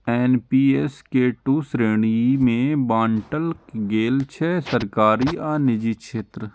NPS कें दू श्रेणी मे बांटल गेल छै, सरकारी आ निजी क्षेत्र